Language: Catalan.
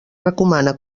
recomana